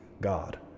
God